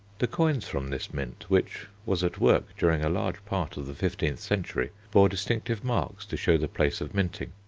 the coins from this mint, which was at work during a large part of the fifteenth century, bore distinctive marks to show the place of minting.